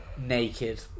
naked